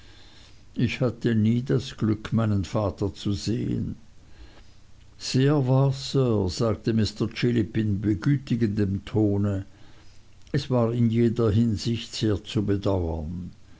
ich hatte nie das glück meinen vater zu sehen sehr wahr sir sagte mr chillip in begütigendem ton es war in jeder hinsicht sehr zu bedauern